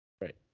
Right